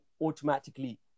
automatically